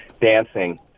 dancing